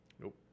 Nope